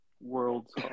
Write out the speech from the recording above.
World's